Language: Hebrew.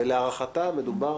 ולהערכתם מדובר